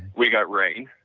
we got rain,